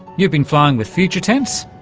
you've been flying with future tense.